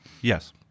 Yes